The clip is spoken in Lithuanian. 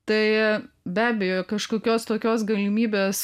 tai be abejo kažkokios tokios galimybės